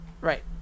Right